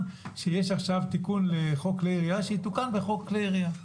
שיש עכשיו תיקון לחוק כלי ירייה שיתוקן בחוק כלי ירייה.